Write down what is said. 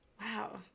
Wow